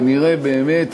ונראה באמת